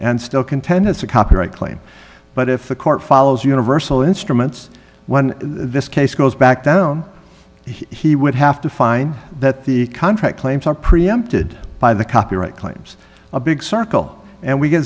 and still contend it's a copyright claim but if the court follows universal instruments when this case goes back down he would have to find that the contract claims are preempted by the copyright claims a big circle and we get